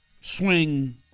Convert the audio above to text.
swing